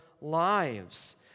lives